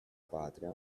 patria